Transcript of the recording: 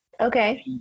okay